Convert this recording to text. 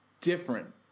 different